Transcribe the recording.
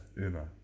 Uma